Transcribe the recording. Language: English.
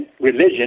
religion